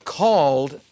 called